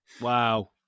wow